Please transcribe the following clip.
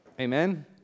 Amen